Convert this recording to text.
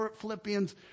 Philippians